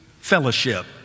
fellowship